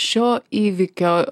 šio įvykio